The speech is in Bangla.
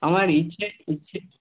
আমার ইচ্ছে ইচ্ছে